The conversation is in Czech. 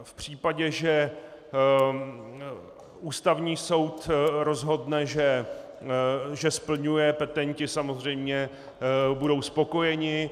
V případě, že Ústavní soud rozhodne, že splňuje, petenti samozřejmě budou spokojeni.